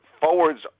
forwards